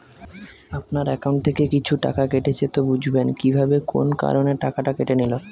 আপনার একাউন্ট থেকে কিছু টাকা কেটেছে তো বুঝবেন কিভাবে কোন কারণে টাকাটা কেটে নিল?